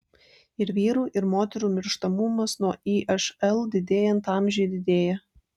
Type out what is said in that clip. ir vyrų ir moterų mirštamumas nuo išl didėjant amžiui didėja